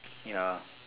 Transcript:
ya